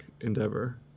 endeavor